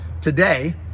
Today